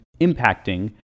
impacting